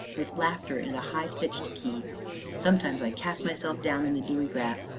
with laughter in a high-pitched key sometimes i cast myself down in the dewy grass,